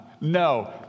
no